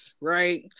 right